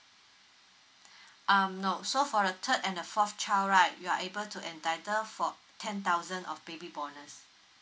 um no so for the third and the fourth child right you are able to entitled for ten thousand of baby bonus